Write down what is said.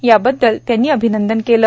याबद्दल त्यांनी अभिनंदन केलं